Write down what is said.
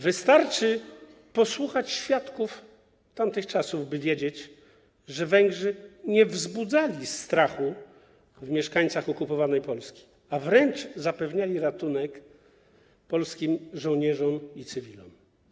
Wystarczy posłuchać świadków tamtych czasów, by wiedzieć, że Węgrzy nie wzbudzali strachu w mieszkańcach okupowanej Polski, a wręcz zapewniali ratunek polskim żołnierzom i cywilom.